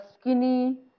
skinny